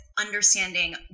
understanding